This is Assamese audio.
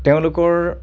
তেওঁলোকৰ